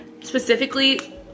Specifically